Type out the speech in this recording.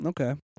Okay